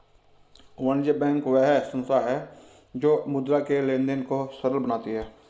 वाणिज्य बैंक वह संस्था है जो मुद्रा के लेंन देंन को सरल बनाती है